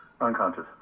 Unconscious